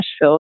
Nashville